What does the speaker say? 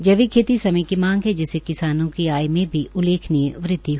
जैविक खेती समय ही मांग है कि किसानों की आय में भी उल्लेनीय वृद्वि होगी